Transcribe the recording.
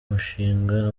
mushinga